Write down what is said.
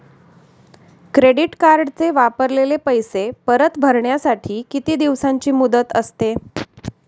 Credit कार्डचे वापरलेले पैसे परत भरण्यासाठी किती दिवसांची मुदत असते?